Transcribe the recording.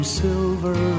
silver